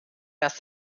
dass